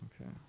okay